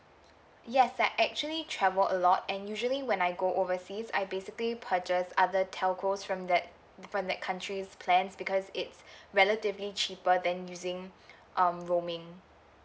yes I actually travel a lot and usually when I go overseas I basically purchase other telcos from that from that country's plans because it's relatively cheaper than using um roaming